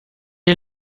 est